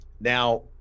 Now